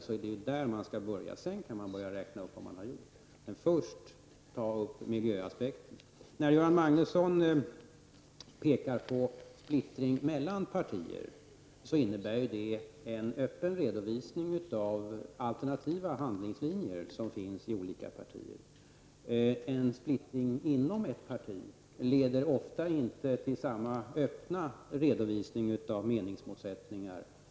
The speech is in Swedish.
Först skall man ta upp miljöaspekten, sedan kan man börja räkna upp vad man har gjort. Göran Magnusson pekar på splittringen mellan partier. Den innebär ju en öppen redovisning av de alternativa handlingslinjer som drivs av olika partier. En splittring inom ett parti leder ofta inte till samma öppna redovisning av meningsmotsättningar.